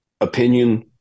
opinion